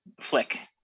flick